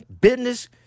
business